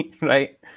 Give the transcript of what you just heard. right